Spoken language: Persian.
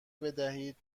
بدهید